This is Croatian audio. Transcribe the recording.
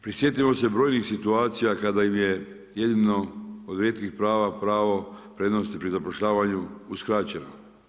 Prisjetimo se brojnih situacija kada im je jedino od rijetkih prava pravo prednosti pri zapošljavanju uskraćeno.